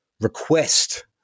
request